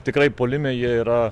tikrai puolime jie yra